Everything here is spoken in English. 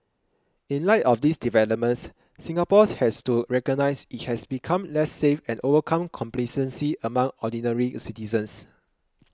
in light of these developments Singapore has to recognise it has become less safe and overcome complacency among ordinary citizens